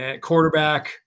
quarterback